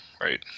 right